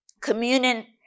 communion